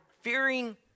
fearing